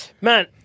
Man